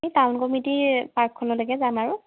এই টাউন কমিটিৰ পাৰ্কখনলৈকে যাম আৰু